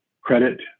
credit